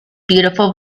beautiful